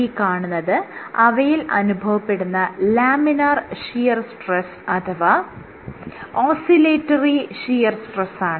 ഈ കാണുന്നത് അവയിൽ അനുഭവപ്പെടുന്ന ലാമിനാർ ഷിയർ സ്ട്രെസ്സ് അഥവാ ഓസ്സിലേറ്ററി ഷിയർ സ്ട്രെസ്സാണ്